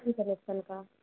free connection का